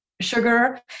sugar